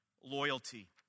loyalty